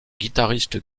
guitariste